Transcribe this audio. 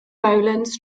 rowlands